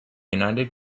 united